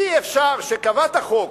אי-אפשר שקבעת חוק,